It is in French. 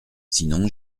sinon